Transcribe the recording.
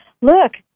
look